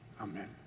Amen